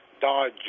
Dodge